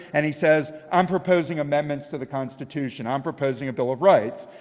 and he says, i'm proposing amendments to the constitution. i'm proposing a bill of rights.